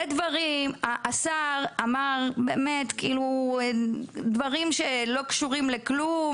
השר אמר דברים שלא קשורים לכלום,